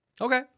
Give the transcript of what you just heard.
Okay